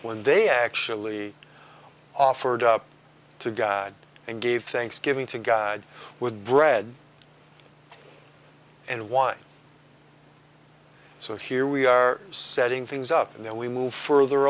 when they actually offered up to god and gave thanksgiving to god with bread and wine so here we are setting things up and then we move further